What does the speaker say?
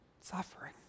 Suffering